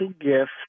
gift